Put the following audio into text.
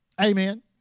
Amen